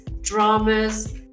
dramas